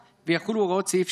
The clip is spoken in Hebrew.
לקנות.